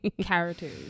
characters